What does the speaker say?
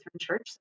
Church